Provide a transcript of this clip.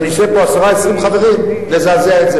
אם יהיו פה 10 20 חברים, נזעזע את זה.